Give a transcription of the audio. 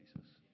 Jesus